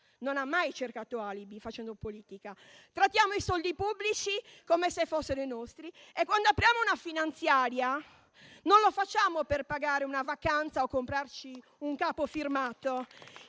non ha mai cercato alibi facendo politica. Trattiamo i soldi pubblici come fossero i nostri e, quando apriamo una finanziaria, non lo facciamo per pagare una vacanza o comprare un capo firmato.